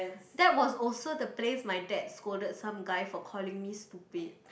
that was also the place my dad scolded some guy for calling me stupid